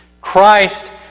Christ